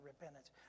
repentance